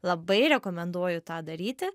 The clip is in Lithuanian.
labai rekomenduoju tą daryti